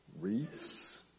wreaths